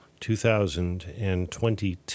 2022